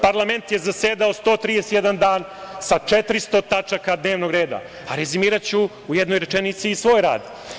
Parlament je zasedao 131. dan sa 400 tačaka dnevnog reda, a rezimiraću u jednoj rečenici i svoj rad.